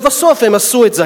לבסוף הם עשו את זה.